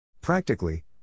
Practically